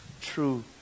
true